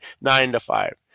nine-to-five